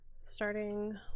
starting